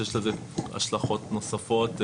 ושיש לזה השלכות נוספות,